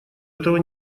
этого